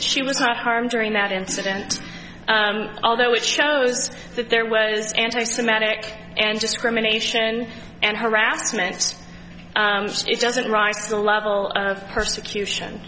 she was not harmed during that incident although it shows that there was anti semitic and discrimination and harassment so it doesn't rise to the level of persecution